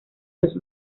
los